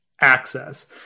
access